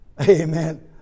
amen